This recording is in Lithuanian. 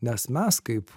nes mes kaip